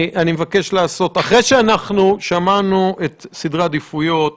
אחרי שאנחנו שמענו את סדרי העדיפויות,